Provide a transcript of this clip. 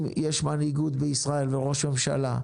אם יש מנהיגות בישראל, ראש ממשלה,